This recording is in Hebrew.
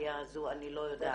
התעשייה הזו אני לא יודעת.